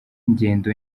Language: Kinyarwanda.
ngendo